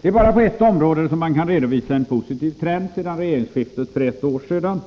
Det är bara på ett område som man kan redovisa en positiv trend sedan regeringsskiftet för ett år sedan.